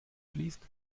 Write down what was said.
fließt